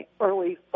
early